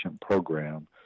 program